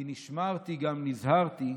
כי נשמרתי גם נזהרתי,